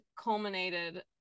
culminated